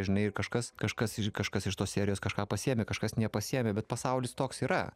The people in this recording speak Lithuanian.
žinai ir kažkas kažkas kažkas iš tos serijos kažką pasiėmė kažkas nepasiėmė bet pasaulis toks yra